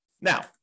Now